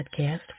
podcast